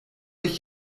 ich